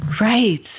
Right